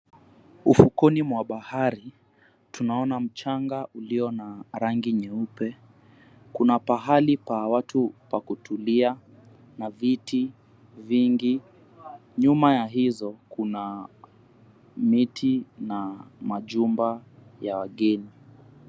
Ufukweni mwa bahari, tunaona mchang ulio na rangi nyeupe. Kuna pahali pa watu pa kutulia na viti vingi. Nyuma ya hizo, kuna miti na majumba ya wageni.